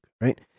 right